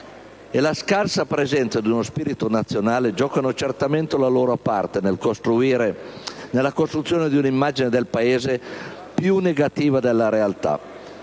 e la scarsa presenza di uno spirito nazionale giocano certamente la loro parte nella costruzione di un'immagine del Paese più negativa della realtà.